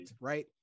right